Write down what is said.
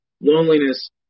loneliness